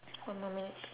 one more minute